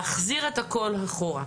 להחזיר את הכול אחורה.